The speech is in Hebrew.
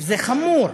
זה חמור.